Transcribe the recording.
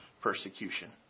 persecution